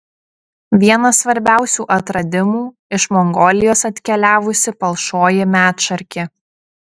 vienas svarbiausių atradimų iš mongolijos atkeliavusi palšoji medšarkė